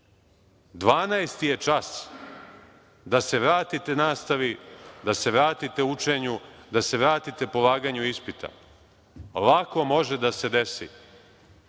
je čas da se vratite nastavi, da se vratite učenju, da se vratite polaganju ispita. Lako može da se desi